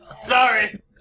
sorry